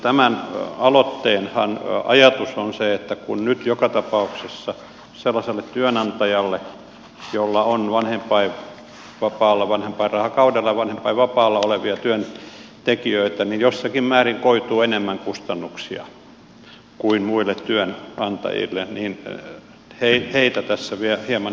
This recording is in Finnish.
tämän aloitteenhan ajatus on se että kun nyt joka tapauksessa sellaiselle työnantajalle jolla on vanhempainrahakaudella ja vanhempainvapaalla olevia työntekijöitä jossakin määrin koituu enemmän kustannuksia kuin muille työnantajille niin heitä tässä hieman helpotettaisiin